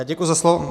Děkuji za slovo.